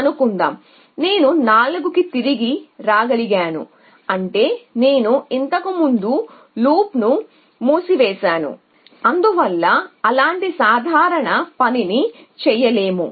ఇప్పుడు నేను 4 కి తిరిగి రాగలిగాను అంటే నేను ఇంతకు ముందు లూప్ను మూసివేసాను అందువల్ల నేను అలాంటి సాధారణ పనిని చేయలేను